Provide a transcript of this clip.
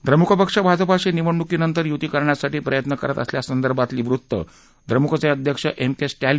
द्रमुक पक्ष भाजपाशी निवडणुकीनंतर युती करण्यासाठी प्रयत्न करत असल्यासंदर्भातली वृत्तं द्रमुकचे अध्यक्ष एम के स्टर्छीन यांनी आज फेटाळली